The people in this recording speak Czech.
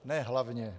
Ne hlavně.